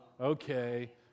okay